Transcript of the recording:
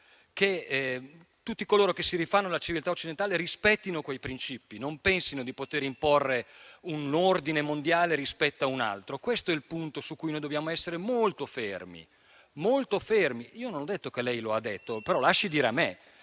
Tutti coloro che si rifanno alla civiltà occidentale rispettino quei principi e non pensino di poter imporre un ordine mondiale rispetto a un altro. Questo è il punto su cui noi dobbiamo essere molto fermi. Molto fermi. *(Brusìo).* Io non ho detto che lei lo ha detto, però lasci dire a me.